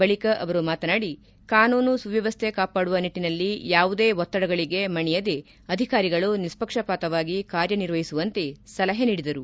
ಬಳಿಕ ಅವರು ಮಾತನಾಡಿ ಕಾನೂನು ಸುವ್ಯವಸ್ಥೆ ಕಾಪಾಡುವ ನಿಟ್ಟಿನಲ್ಲಿ ಯಾವುದೇ ಒತ್ತಡಗಳಿಗೆ ಮಣಿಯದೆ ಅಧಿಕಾರಿಗಳು ನಿಷ್ಟಕ್ಷಪಾತವಾಗಿ ಕಾರ್ಯನಿರ್ವಹಿಸುವಂತೆ ಸಲಹೆ ನೀಡಿದರು